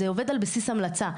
זה עובד על בסיס המלצה.